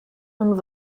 und